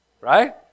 right